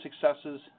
successes